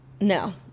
no